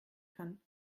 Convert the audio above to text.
kann